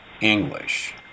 English